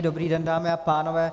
Dobrý den dámy a pánové.